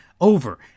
over